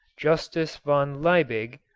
justus von liebig,